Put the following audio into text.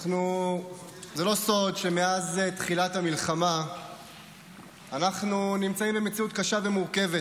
זה לא סוד שמאז תחילת המלחמה אנחנו נמצאים במציאות קשה ומורכבת,